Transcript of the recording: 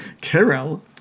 Carol